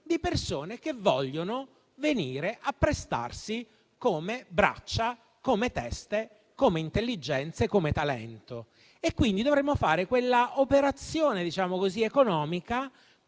di persone che vogliono venire a prestarsi come braccia, come teste, come intelligenze e come talento. Quindi, dovremmo fare quell'operazione economica